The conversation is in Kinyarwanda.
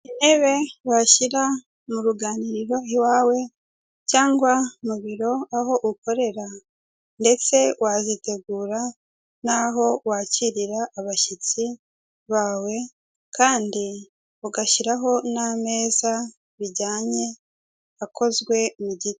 Intebe washyira mu ruganiriro iwawe cyangwa mu biro aho ukorera ndetse wazitegura n'aho wakirira abashyitsi bawe, kandi ugashyiraho n'ameza bijyanye akozwe mu giti.